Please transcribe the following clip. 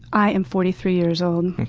i am forty three years old.